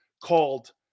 called